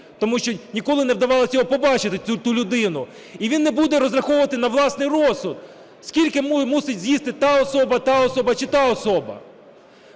тому що ніколи не вдавалось його побачити, ту людину. І він не буде розраховувати на власний розсуд, скільки мусить з'їсти та особа, та особа чи та особа.